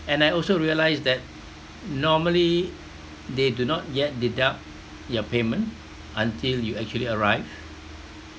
and I also realise that normally they do not yet deduct your payment until you actually arrive